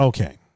Okay